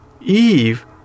Eve